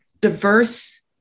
diverse